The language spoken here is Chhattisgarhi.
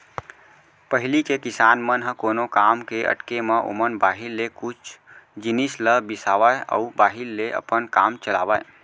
पहिली के किसान मन ह कोनो काम के अटके म ओमन बाहिर ले कुछ जिनिस ल बिसावय अउ बाहिर ले अपन काम चलावयँ